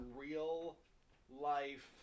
real-life